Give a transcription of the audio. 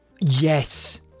yes